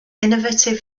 innovative